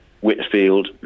Whitfield